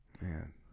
Man